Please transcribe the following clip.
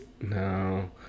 No